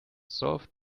solved